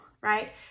right